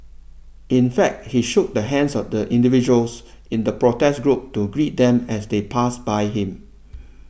in fact he shook the hands of the individuals in the protest group to greet them as they passed by him